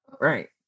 Right